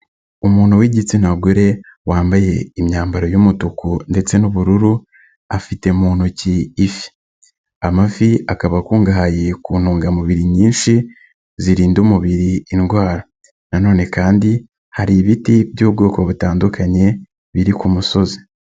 Umuntu w'igitsina gore wambaye imyambaro y'umutuku ndetse n'ubururu afite mu ntoki ifi, amafi akaba akungahaye ku ntungamubiri nyinshi zirinda umubiri indwara, nanone kandi hari ibiti by'ubwoko butandukanye biri ku musozi.